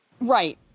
Right